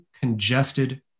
congested